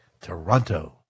toronto